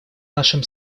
нашим